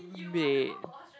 day